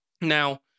Now